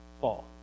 fall